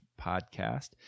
Podcast